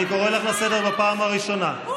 הוא,